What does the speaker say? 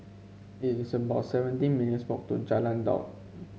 it is about seventeen minutes' walk to Jalan Daud